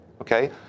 okay